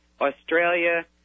Australia